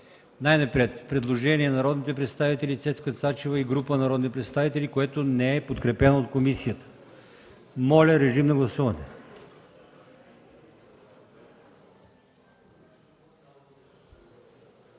чл. 333 има предложение от народния представител Цецка Цачева и група народни представители, което не е подкрепено от комисията. Моля, гласувайте.